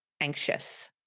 anxious